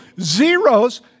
zeros